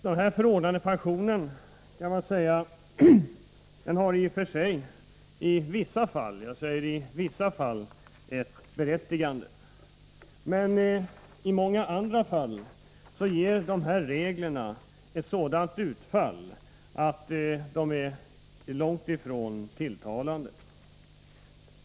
Denna förordnandepension har i och för sig i vissa fall ett berättigande, men i många andra fall ger reglerna ett sådant utfall att de är långt ifrån tilltalande.